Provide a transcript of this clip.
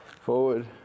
forward